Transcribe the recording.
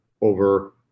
over